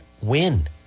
win